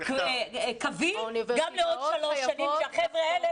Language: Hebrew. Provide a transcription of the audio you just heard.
קביל גם לעוד שלוש שנים כשהחבר'ה האלה